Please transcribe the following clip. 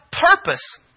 purpose